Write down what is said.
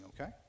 okay